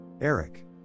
eric